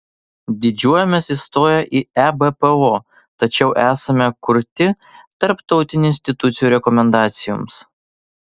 didžiuojamės įstoję į ebpo tačiau esame kurti tarptautinių institucijų rekomendacijoms